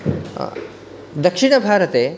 दक्षिणभारते